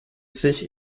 sich